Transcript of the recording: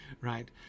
right